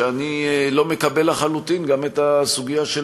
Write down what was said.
שאני לחלוטין לא מקבל גם את הסוגיה של